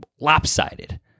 lopsided